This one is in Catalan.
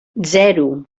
zero